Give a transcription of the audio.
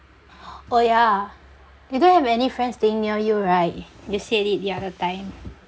oh ya you don't have any friends staying near you right you said it the other time